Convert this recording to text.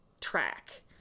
track